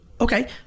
Okay